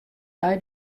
nei